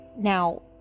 Now